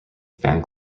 fan